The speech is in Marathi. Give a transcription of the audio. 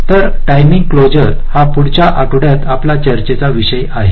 तरटाईमिंग क्लासर हा पुढच्या आठवड्यात आपला चर्चेचा विषय आहे